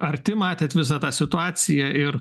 arti matėte visą tą situaciją ir